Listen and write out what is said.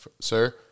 sir